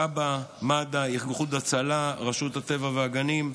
כב"ה, מד"א, איחוד הצלה, רשות הטבע והגנים,